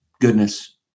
goodness